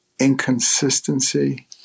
inconsistency